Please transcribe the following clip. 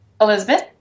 Elizabeth